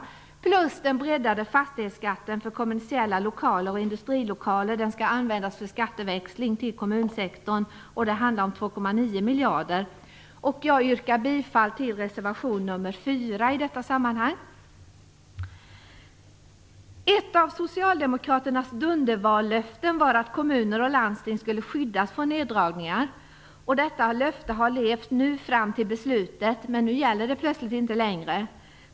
Dessutom skall den breddade fastighetsskatten för kommersiella lokaler och industrilokaler användas för skatteväxling till kommunsektorn. Det handlar om 2,9 miljarder. Jag yrkar bifall till reservation nr 4 i detta sammanhang. Ett av Socialdemokraternas dundervallöften var att kommuner och landsting skulle skyddas från neddragningar. Detta löfte har levt fram till beslutet, men nu gäller det plötsligt inte längre.